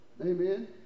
Amen